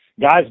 Guys